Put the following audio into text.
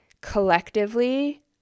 collectively